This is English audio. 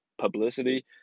publicity